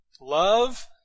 Love